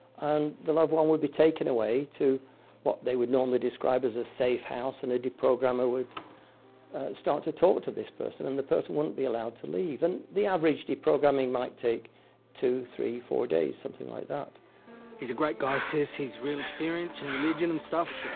and the loved one would be taken away to what they would normally describe as a safe house, and the deprogrammer would start to talk to this person, and the person wouldn't be allowed to leave, and the average deprograming might take two, three, four days, something like that. brother he's a great guy, sis. he's real experienced in religion and stuff.